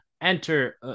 Enter